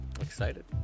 Excited